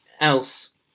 else